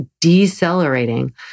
decelerating